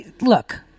look